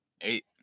Eight